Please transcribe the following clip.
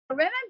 remember